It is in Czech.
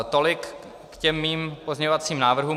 Tolik k mým pozměňovacím návrhům.